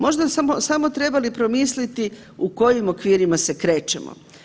Možda smo samo trebali promisliti u kojim okvirima se krećemo.